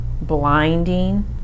blinding